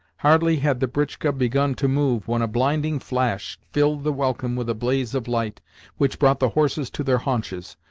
hardly had the britchka begun to move when a blinding flash filled the welkin with a blaze of light which brought the horses to their haunches.